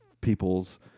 people's